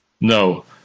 No